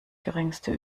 geringste